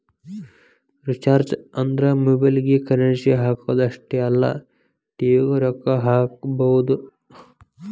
recharges ಅಂದ್ರ ಮೊಬೈಲ್ಗಿ currency ಹಾಕುದ್ ಅಷ್ಟೇ ಅಲ್ಲ ಟಿ.ವಿ ಗೂ ರೊಕ್ಕಾ ಹಾಕಸಬೋದು